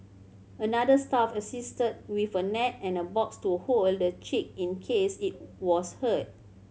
another staff assisted with a net and a box to hold the chick in case it was hurt